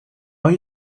are